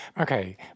Okay